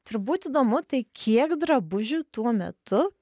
turbūt įdomu tai kiek drabužių tuo metu